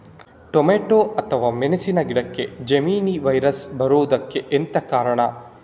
Tomato ಅಥವಾ ಮೆಣಸಿನ ಗಿಡಕ್ಕೆ ಜೆಮಿನಿ ವೈರಸ್ ಬರುವುದಕ್ಕೆ ಎಂತ ಕಾರಣ?